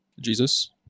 Jesus